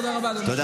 תודה רבה, אדוני.